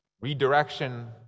Redirection